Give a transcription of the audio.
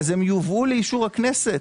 אז הם יובאו לאישור הכנסת.